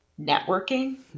networking